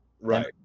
Right